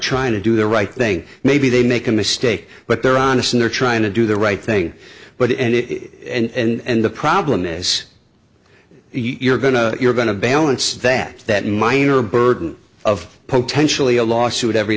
trying to do the right thing maybe they make a mistake but they're honest and they're trying to do the right thing but end it and the problem is you're going to you're going to balance that that minor burden of potentially a lawsuit every